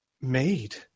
made